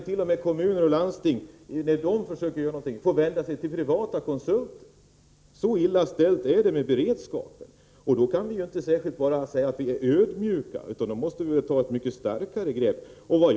T.o.m. de kommuner och landsting som försöker göra någonting får vända sig till privata konsulter. Så illa ställt är det med beredskapen. Då kan vi inte bara säga att vi skall vara ödmjuka, utan då måste vi göra mycket kraftfullare insatser.